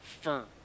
firm